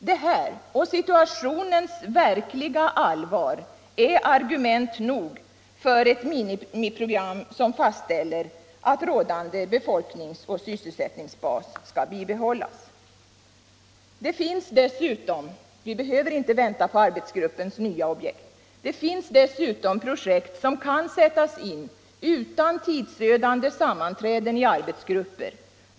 Detta och situationens verkliga allvar är argument nog för ett minimiprogram som fastställer att rådande befolknings och sysselsättningsbas skall bibehållas. Vi behöver inte vänta på arbetsgruppens nya objekt. Det finns dessutom projekt som kan sättas in utan tidsödande sammanträden i arbetsgrupper.